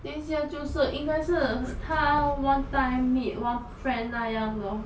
this year 就是应该是她 one time meet one friend 那样 lor